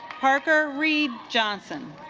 parker reed johnson